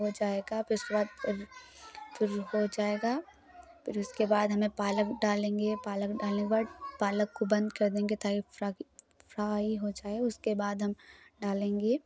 हो जाएगा फिर उसके बाद हम फिर हो जाएगा फिर उसके बाद हमें पालक डालेंगे पालक डालने के बाद पालक को बंद कर देंगे ताकि फ्रा फ्राइ हो जाए उसके बाद हम डालेंगे